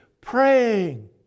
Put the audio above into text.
praying